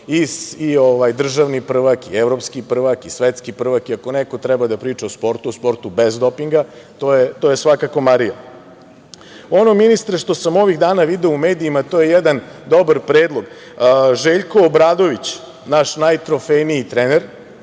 i državni prvak, i evropski prvak, i svetski prvak, i ako neko treba da priča o sportu, o sportu bez dopinga, to je svakako Marija. Ono, ministre, što sam ovih dana video u medijima, a to je jedan dobar predlog, Željko Obradović, naš najtrofejniji trener